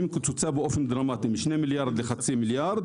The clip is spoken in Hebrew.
קוצצה באופן דרמטי משני מיליארד לחצי מיליארד,